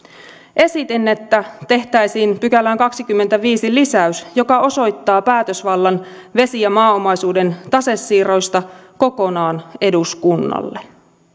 esitin että kahdenteenkymmenenteenviidenteen pykälään tehtäisiin lisäys joka osoittaa päätösvallan vesi ja maaomaisuuden tasesiirroista kokonaan eduskunnalle kahdeskymmeneskuudes